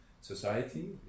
society